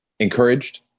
Encouraged